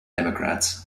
democrats